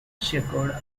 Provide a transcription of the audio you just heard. secured